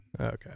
Okay